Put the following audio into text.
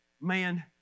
man